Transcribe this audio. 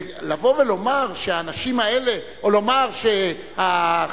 לבוא ולומר שהאנשים האלה, או לומר שאנשי